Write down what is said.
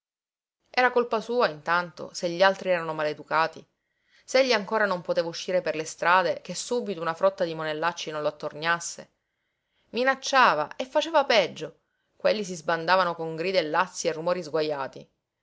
era colpa sua intanto se gli altri erano maleducati se egli ancora non poteva uscire per le strade che subito una frotta di monellacci non lo attorniasse minacciava e faceva peggio quelli si sbandavano con grida e lazzi e rumori sguajati